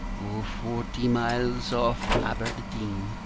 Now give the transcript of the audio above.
o forty miles off aberdeen,